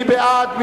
מי בעד?